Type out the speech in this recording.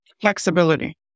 flexibility